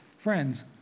Friends